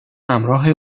همراه